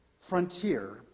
frontier